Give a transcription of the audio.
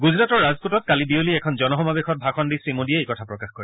গুজৰাটৰ ৰাজকোটত কালি বিয়লি এটা জনসমাৱেশত ভাষণ দি শ্ৰীমোদীয়ে এই কথা প্ৰকাশ কৰে